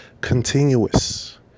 continuous